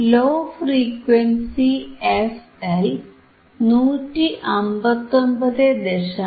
law frequency fL 159